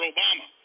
Obama